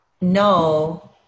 no